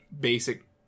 basic